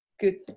good